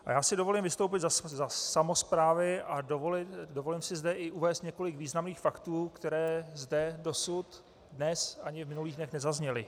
A já si dovolím vystoupit za samosprávy a dovolím si zde i uvést několik významných faktů, které zde dosud dnes ani v minulých dnech nezazněly.